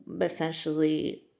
essentially